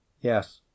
Yes